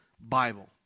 Bible